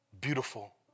beautiful